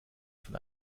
von